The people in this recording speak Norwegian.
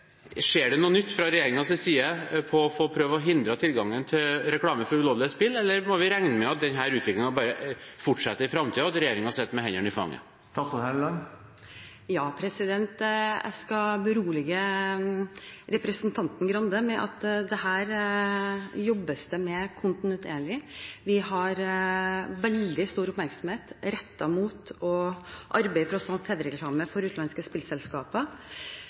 Skjer det noe nytt fra regjeringens side når det gjelder å prøve å hindre tilgangen til reklame for ulovlige spill, eller må vi regne med at denne utviklingen bare fortsetter i framtiden, og at regjeringen sitter med hendene i fanget? Jeg skal berolige representanten Grande med at dette jobbes det med kontinuerlig. Vi har veldig stor oppmerksomhet rettet mot å arbeide for å stanse tv-reklame for utenlandske spillselskaper